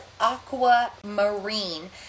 aquamarine